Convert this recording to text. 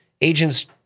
agents